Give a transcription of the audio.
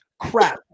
crap